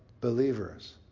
believers